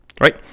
Right